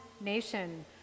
nation